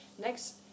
Next